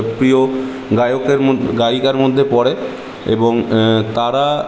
প্রিয় গায়কের মধ্যে গায়িকার মধ্যে পরে এবং তারা